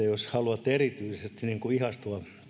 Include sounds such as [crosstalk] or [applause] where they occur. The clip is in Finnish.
[unintelligible] jos haluatte erityisesti ihastella